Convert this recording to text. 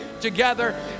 together